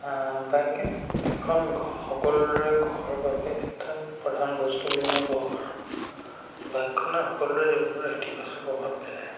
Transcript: বাইকে এখন সকলোৰে ঘৰৰ বাবে এটা প্ৰধান বস্তু বুলি মই ক'ব পাৰোঁ বাইকখনে সকলোৰে জীৱনৰ ইতিবাচক প্ৰভাৱ পেলায়